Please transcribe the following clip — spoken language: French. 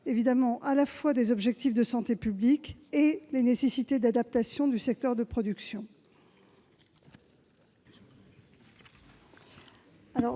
compte à la fois des objectifs de santé publique et des nécessités d'adaptation du secteur de production.